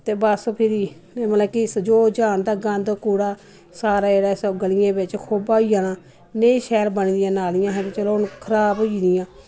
ते बस फिर मतलव कि जो जाह्न दा गंद कूड़ा सारा जेह्ड़ा ऐ गलिआं च खोबा होई जाना नेही शैल बनी दिआं नालिआं हियां ओह् बी खराब होई दिआं